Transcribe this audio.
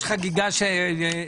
יש חגיגה של דרוזים.